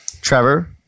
Trevor